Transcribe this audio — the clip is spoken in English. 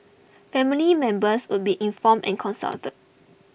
family members would be informed and consulted